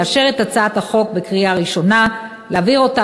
לאשר את הצעת החוק בקריאה ראשונה ולהעביר אותה